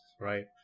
Right